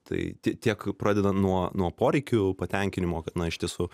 tai tiek pradeda nuo nuo poreikių patenkinimo kad na iš tiesų